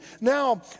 Now